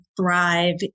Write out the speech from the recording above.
thrive